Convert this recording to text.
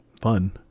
fun